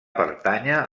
pertànyer